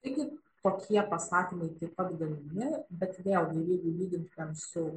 taigi tokie pasakymai taip pat galimi bet vėlgi jeigu lygintumėm su